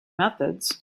methods